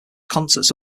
concerts